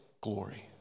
glory